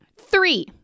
three